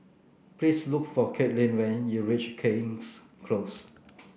please look for Katelynn when you reach King's Close